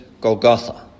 Golgotha